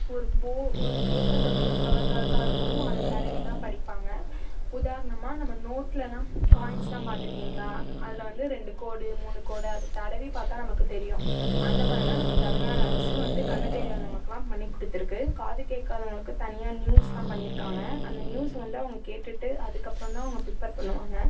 ஒரு போ ஒரு பேப்பரில் வந்து டாட் டாட்டாக இருக்கும் அதை தடவிதான் படிப்பாங்க உதாரணமாக நம்ம நோட்டுலலாம் காயின்ஸுலாம் பார்த்துருக்கீங்களா அதில் வந்து ரெண்டு கோடு மூணு கோடு அதை தடவி பார்த்தா நமக்கு தெரியும் அந்த மாதிரிலாம் நம்ம தமிழ்நாடு அரசு வந்து கண் தெரியாதவங்களுக்குலாம் பண்ணிக் கொடுத்துருக்கு காது கேட்காதவங்களுக்கு தனியாக நியூஸுலாம் பண்ணியிருக்காங்க அந்த நியூஸை வந்து அவங்க கேட்டுட்டுஅதுக்கப்புறந்தான் அவங்க ப்ரிப்பேர் பண்ணுவாங்க